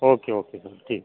okay okay sir ठीक